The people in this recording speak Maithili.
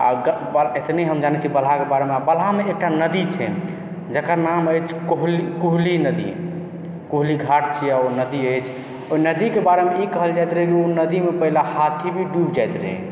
आओर एतनी हम जानै छी आओर बलहाके बारेमे आओर बलहामे एकटा नदी छै जकर नाम अछि कुहली नदी कुहली घाट छियै आओर ओ नदी अछि ओहि नदीके बारेमे ई कहल जाइत रहै जे ओ नदीमे पहिने हाथी भी डूबि जाइत रहै